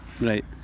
Right